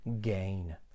gain